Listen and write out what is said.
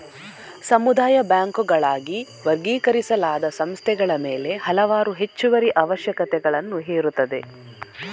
ಸಮುದಾಯ ಬ್ಯಾಂಕುಗಳಾಗಿ ವರ್ಗೀಕರಿಸಲಾದ ಸಂಸ್ಥೆಗಳ ಮೇಲೆ ಹಲವಾರು ಹೆಚ್ಚುವರಿ ಅವಶ್ಯಕತೆಗಳನ್ನು ಹೇರುತ್ತದೆ